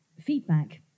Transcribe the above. feedback